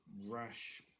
rash